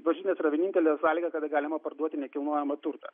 varžytinės yra vienintelė sąlyga kad galima parduoti nekilnojamą turtą